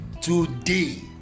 Today